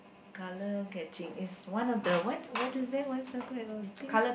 color catching is one of the what what is that what's the thing